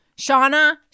Shauna